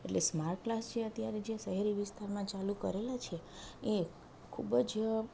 એટલે smart class જે અત્યારે જે શહેરી વિસ્તારમાં ચાલુ કરેલા છે એ ખૂબ જ